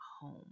home